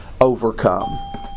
overcome